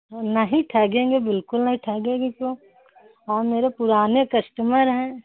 नहीं ठगेंगे बिल्कुल नहीं ठगेंगे क्यों आप मेरे पुराने कस्टमर हैं